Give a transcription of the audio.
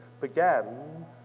began